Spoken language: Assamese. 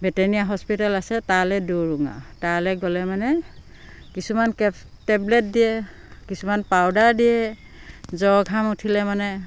ভেটেনীয়া হস্পিটেল আছে তালে দৌৰো আৰু তালে গ'লে মানে কিছুমান টেবলেট দিয়ে কিছুমান পাউদাৰ দিয়ে জ্বৰ ঘাম উঠিলে মানে